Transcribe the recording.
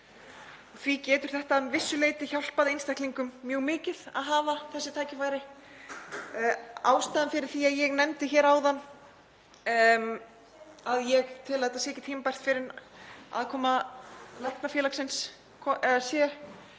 Því getur að vissu leyti hjálpað einstaklingum mjög mikið að hafa þessi tækifæri. Ástæðan fyrir því að ég nefndi hér áðan að ég telji að þetta sé ekki tímabært fyrr en eftir aðkomu Læknafélagsins er